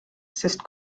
sest